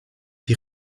die